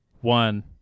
One